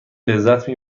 لذت